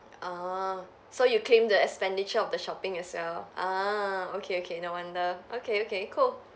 oh so you claimed the expenditure of the shopping itself ah okay okay no wonder okay okay cool